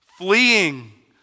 Fleeing